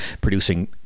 producing